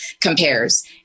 compares